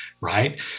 right